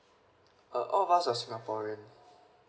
uh all of us are singaporean